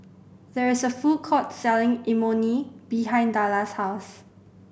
there is a food court selling Imoni behind Dellar's house